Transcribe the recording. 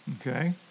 Okay